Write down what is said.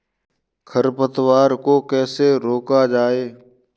खरपतवार को कैसे रोका जाए?